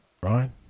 right